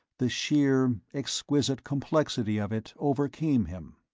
the sheer exquisite complexity of it overcame him.